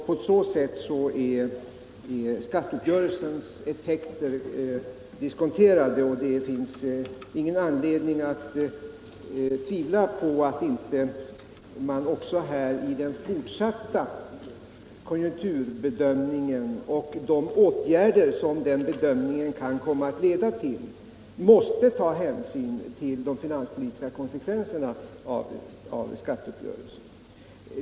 På så sätt är skatteuppgörelsens effekter diskonterade, och det finns ingen anledning att tvivla på att man i den fortsatta konjunkturbedömningen och med de åtgärder som den bedömningen kan komma att leda till måste ta hänsyn till de finanspolitiska konsekvenserna av skatteuppgörelsen.